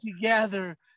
together